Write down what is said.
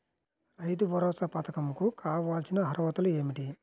రైతు భరోసా పధకం కు కావాల్సిన అర్హతలు ఏమిటి?